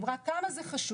דיברה על כמה זה חשוב.